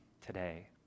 today